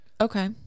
Okay